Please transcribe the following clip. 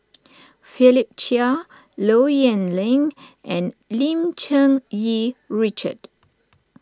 Philip Chia Low Yen Ling and Lim Cherng Yih Richard